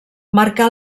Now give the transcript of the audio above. marcà